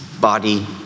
body